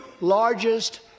largest